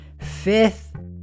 fifth